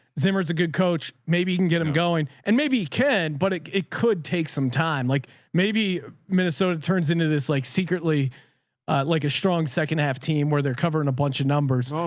zimmer's a good coach. maybe you can get them going and maybe ken, but it it could take some time, like maybe minnesota turns into this, like secretly like a strong second half team where they're covering a bunch of numbers. um